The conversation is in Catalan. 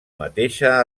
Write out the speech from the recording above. mateixa